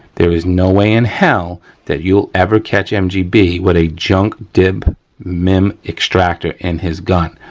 there is no way in hell that you'll ever catch mgb with a junk dip mim extractor in his gun.